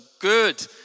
good